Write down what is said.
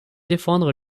défendre